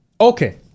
Okay